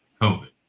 COVID